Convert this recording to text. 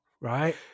right